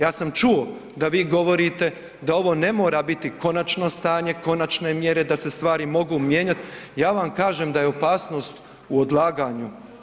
Ja sam čuo da vi govorite da ovo ne mora biti konačno stanje, konačne mjere, da se stvari mogu mijenjat, ja vam kažem da je opasnost u odlaganju.